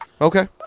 Okay